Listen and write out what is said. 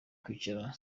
kwicara